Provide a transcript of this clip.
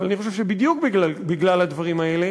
אבל אני חושב שבדיוק בגלל הדברים האלה